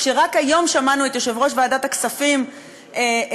כשרק היום שמענו את יושב-ראש ועדת הכספים גפני,